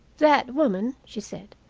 that woman, she said,